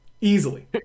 easily